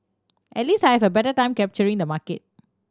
at least I have a better time capturing the market